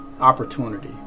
opportunity